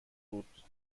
بود